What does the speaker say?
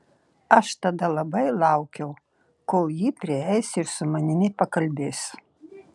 aš tada labai laukiau kol ji prieis ir su manimi pakalbės